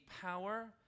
power